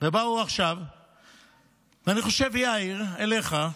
אני חושב, יאיר, אליך,